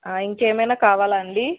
ఇంకా ఏమైనా కావాలా అండి